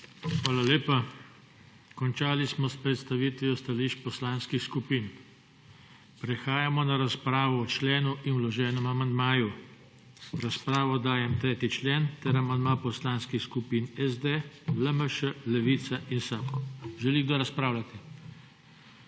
Hvala lepa. Končali smo s predstavitvijo stališč poslanskih skupin. Prehajamo na razpravo o členu in vloženem amandmaju. V razpravo dajem 3. člen ter amandma poslanskih skupin SD, LMŠ, Levica in SAB. Želi kdo razpravljati?